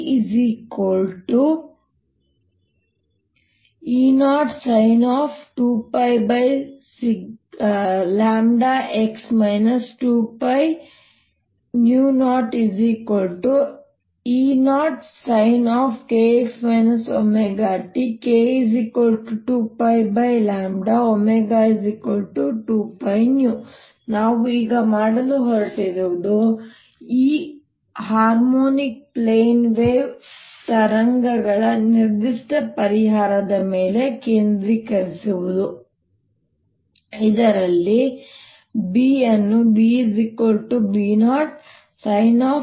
EE0sin 2πx 2πνt E0sin kx ωt k2π and ω2πν ನಾವು ಈಗ ಮಾಡಲು ಹೊರಟಿರುವುದು ಈ ಹಾರ್ಮೋನಿಕ್ ಪ್ಲೇನ್ ತರಂಗಗಳ ನಿರ್ದಿಷ್ಟ ಪರಿಹಾರದ ಮೇಲೆ ಕೇಂದ್ರೀಕರಿಸುವುದು ಇದರಲ್ಲಿ EE0sin 2πx 2πνt E0sin kx ωt k2π and ω2πν ಆಗಿದೆ